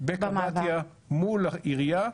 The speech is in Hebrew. בקאבטיה מול העירייה,